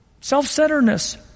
Self-centeredness